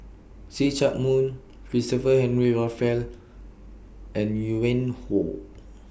See Chak Mun Christopher Henry Rothwell and YOU Win Hoe